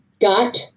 got